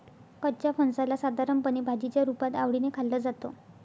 कच्च्या फणसाला साधारणपणे भाजीच्या रुपात आवडीने खाल्लं जातं